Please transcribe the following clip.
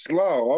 Slow